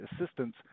assistance